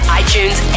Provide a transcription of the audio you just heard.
iTunes